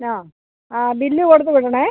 ആ ആ ബില്ല് കൊടുത്ത് വിടണം